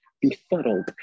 befuddled